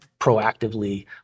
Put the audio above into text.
proactively